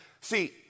See